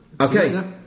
Okay